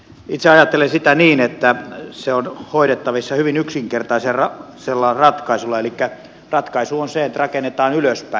itse ajattelen sitä niin että se on hoidettavissa hyvin yksinkertaisella ratkaisulla elikkä ratkaisu on se että rakennetaan ylöspäin